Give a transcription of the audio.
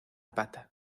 pata